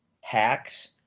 Hacks